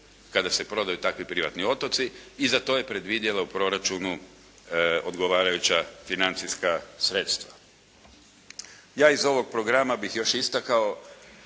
kada se prodaju takvi privatni otoci i za to je predvidjela u Proračunu odgovarajuća financijska sredstva. Ja iz ovog programa bih još istakao